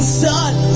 sun